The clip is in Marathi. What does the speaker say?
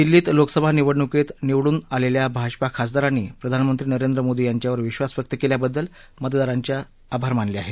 दिल्लीत लोकसभा निवडणुकीत निवडून आलेल्या भाजपा खासदारांनी प्रधानमंत्री नरेंद्र मोदी यांच्यावर विश्वास व्यक्त केल्याबद्दल मतदारांचे आभार मानले आहेत